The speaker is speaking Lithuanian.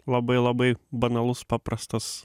labai labai banalus paprastas